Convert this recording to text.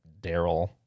Daryl